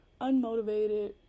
unmotivated